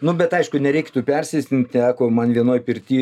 nu bet aišku nereiktų persistengt teko man vienoj pirty